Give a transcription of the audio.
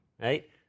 right